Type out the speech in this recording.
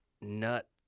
nut